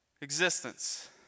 existence